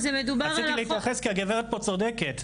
רציתי להתייחס כי הגברת פה צודקת.